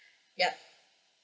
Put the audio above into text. yup